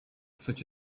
such